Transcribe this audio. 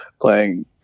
playing